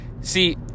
See